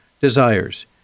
desires